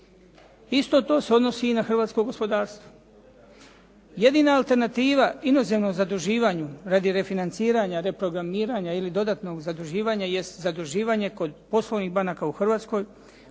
Isto to se odnosi i na hrvatsko gospodarstvo. Jedina alternativa inozemnom zaduživanju radi refinanciranje, reprogramiranja ili dodatnog zaduživanja jest zaduživanje kod poslovnih banaka u Hrvatskoj